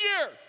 year